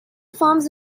forms